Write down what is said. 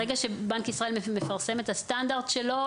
ברגע שבנק ישראל מפרסם את הסטנדרט שלו,